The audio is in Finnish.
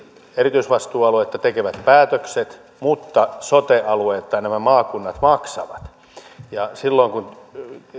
erityisvastuualuetta tekevät päätökset mutta sotealueet tai nämä maakunnat maksavat